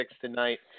tonight